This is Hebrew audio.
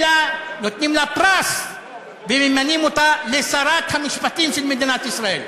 אלא נותנים לה פרס וממנים אותה לשרת המשפטים של מדינת ישראל.